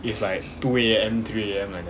is like two A_M three A_M like that